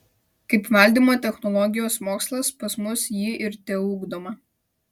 kaip valdymo technologijos mokslas pas mus ji ir teugdoma